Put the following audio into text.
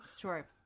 Sure